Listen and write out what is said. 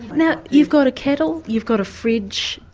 now you've got a kettle, you've got a fridge,